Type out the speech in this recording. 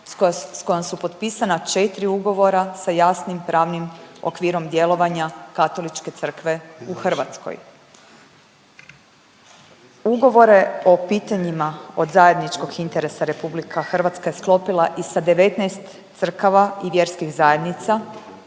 s kojom su potpisana 4 ugovora sa jasnim pravnim okvirom djelovanja Katoličke crkve u Hrvatskoj. Ugovore o pitanjima od zajedničkog interesa RH je sklopila i sa 19 crkava i vjerskih zajednica